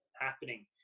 happening